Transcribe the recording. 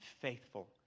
faithful